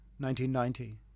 1990